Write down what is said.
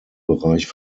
bereich